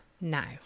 now